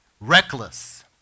Reckless